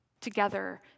together